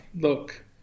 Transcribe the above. look